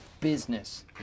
business